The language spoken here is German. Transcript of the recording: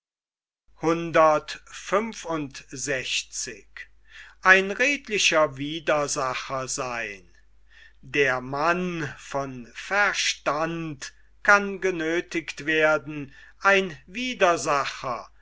der mann von verstand kann genöthigt werden ein widersacher